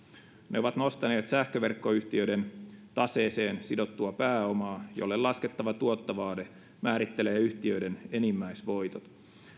ne ovat nostaneet sähköverkkoyhtiöiden taseeseen sidottua pääomaa jolle laskettava tuottovaade määrittelee yhtiöiden enimmäisvoitot